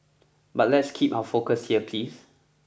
but let's keep our focus here please